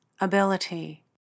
ability